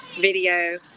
video